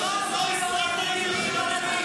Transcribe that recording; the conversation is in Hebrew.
אני לא יכול לדבר.